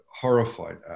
horrified